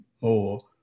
more